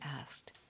asked